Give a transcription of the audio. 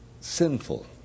sinful